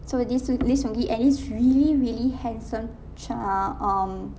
so lee seung lee seung gi and this really really handsome chi~ um